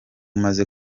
maze